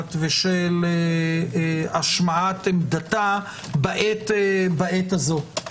הנפגעת ושל השמעת עמדתה בעת הזו.